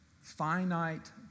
finite